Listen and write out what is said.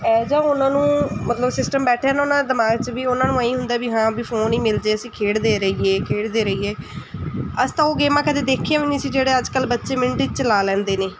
ਇਹ ਜਿਹਾ ਉਹਨਾਂ ਨੂੰ ਮਤਲਬ ਸਿਸਟਮ ਬੈਠਿਆ ਨਾ ਉਹਨਾਂ ਦੇ ਦਿਮਾਗ 'ਚ ਵੀ ਉਹਨਾਂ ਨੂੰ ਇਹੀ ਹੁੰਦਾ ਵੀ ਹਾਂ ਵੀ ਫੋਨ ਹੀ ਮਿਲ ਜੇ ਅਸੀਂ ਖੇਡਦੇ ਰਹੀਏ ਖੇਡਦੇ ਰਹੀਏ ਅਸੀਂ ਤਾਂ ਉਹ ਗੇਮਾਂ ਕਦੇ ਦੇਖੀਆਂ ਵੀ ਨਹੀਂ ਸੀ ਜਿਹੜੇ ਅੱਜ ਕੱਲ੍ਹ ਬੱਚੇ ਮਿੰਟ 'ਚ ਚਲਾ ਲੈਂਦੇ ਨੇ